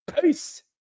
Peace